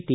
T